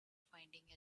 finding